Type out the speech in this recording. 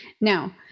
Now